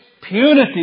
punitive